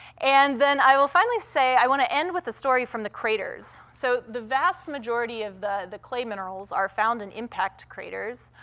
and then i will finally say i want to end with a story from the craters. so the vast majority of the the clay minerals are found in impact craters.